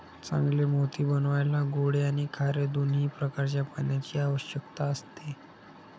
चांगले मोती बनवायला गोडे आणि खारे दोन्ही प्रकारच्या पाण्याची आवश्यकता असते